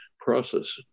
process